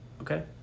okay